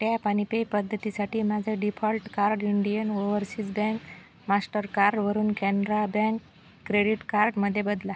tap आणि pay पद्धतीसाठी माझे default card Indian overseas bank मास्टरकारवरून कॅनरा बँक क्रेडिट कार्डमध्ये बदला